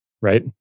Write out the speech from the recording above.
right